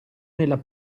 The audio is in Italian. nella